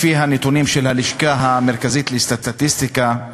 לפי הנתונים של הלשכה המרכזית לסטטיסטיקה,